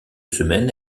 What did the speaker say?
semaine